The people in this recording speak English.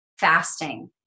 fasting